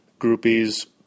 groupies